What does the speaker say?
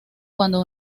cuando